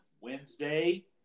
Wednesday